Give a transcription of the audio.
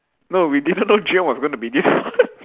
no we didn't know was gonna be this hard